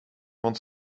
want